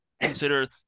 consider